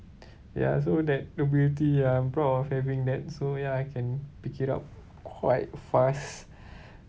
ya so that ability I'm proud of having that so ya I can pick it up quite fast